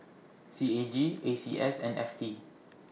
C A G A C S and F T